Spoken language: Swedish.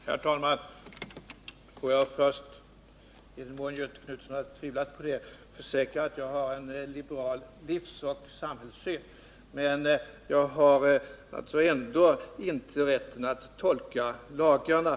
Herr talman! Låt mig först försäkra — i den mån Göthe Knutson har tvivlat på det — att jag har en liberal livsoch samhällssyn. Men jag har ändå inte rätten att tolka lagarna.